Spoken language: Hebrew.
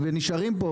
נשארים פה,